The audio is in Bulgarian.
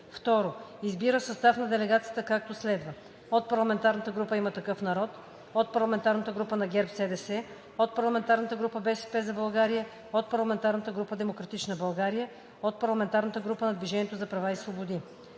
2. Избира състав на делегацията, както следва: ... от парламентарната група на „Има такъв народ“; ... от парламентарната група на „ГЕРБ СДС“; ... от парламентарната група на „БСП за България“; ... от парламентарната група на „Демократична България“; ... от парламентарната група на „Движение за права и свободи“.